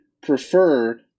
prefer